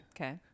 okay